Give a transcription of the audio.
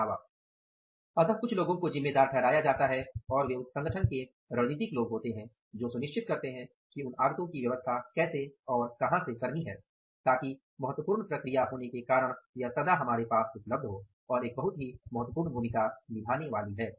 अतः कुछ लोगों को जिम्मेदार ठहराया जाता है और वे उस संगठन के रणनीतिक लोग होते हैं जो सुनिश्चित करते हैं कि उन आगतों की व्यवस्था कैसे और कहाँ से करनी है ताकि महत्वपूर्ण प्रक्रिया होने के कारण यह सदा हमारे पास उपलब्ध हो और एक बहुत महत्वपूर्ण भूमिका निभाने वाली है